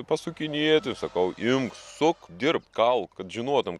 pasukinėti sakau imk suk dirbk kalk kad žinotum